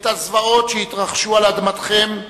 את הזוועות שהתרחשו על אדמתכם,